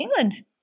England